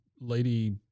lady